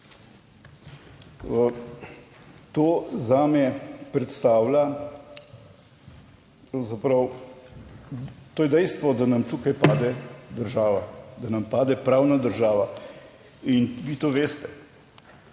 To zame predstavlja pravzaprav, to je dejstvo, da nam tukaj pade država, da nam pade pravna država in vi to veste,